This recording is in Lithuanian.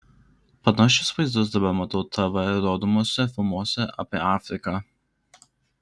panašius vaizdus dabar matau tv rodomuose filmuose apie afriką